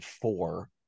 four